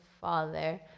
father